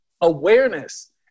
Awareness